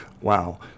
wow